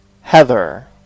Heather